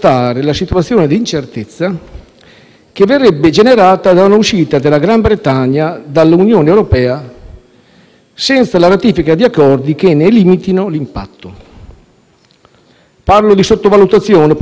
che verrebbe generata da una uscita della Gran Bretagna dall'Unione europea senza la ratifica di accordi che ne limitino l'impatto. Parlo di sottovalutazione, potrei anche parlare di leggerezza